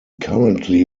currently